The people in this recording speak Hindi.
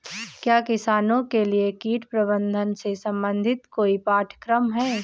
क्या किसानों के लिए कीट प्रबंधन से संबंधित कोई पाठ्यक्रम है?